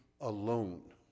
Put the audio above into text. alone